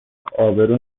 ابرو